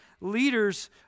leaders